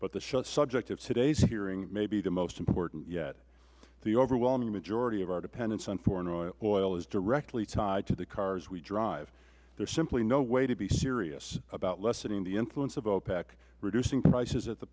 but the subject of today's hearing may be the most important yet the overwhelming majority of our dependence on foreign oil is directly tied to the cars we drive there is simply no way to be serious about lessening the influence of opec reducing prices at the